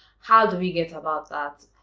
how do we get about that?